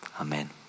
Amen